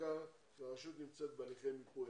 ובבדיקה והרשות נמצאת בהליכי מיפוי.